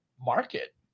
market